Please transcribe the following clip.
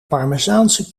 parmezaanse